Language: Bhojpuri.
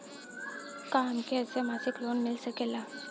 का हमके ऐसे मासिक लोन मिल सकेला?